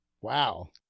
Wow